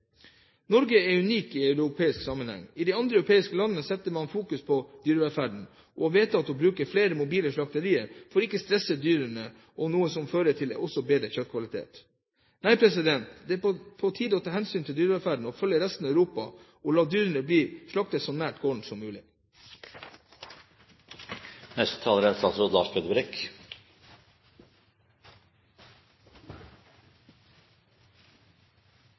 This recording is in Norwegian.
Norge er unikt i europeisk sammenheng. I de andre europeiske landene fokuserer man på dyrevelferden og har vedtatt å bruke flere mobile slakterier for ikke å stresse dyrene, noe som også fører til bedre kjøttkvalitet. Nei, det er på tide å ta hensyn til dyrevelferden og følge resten av Europa og la dyrene bli slaktet så nær gården som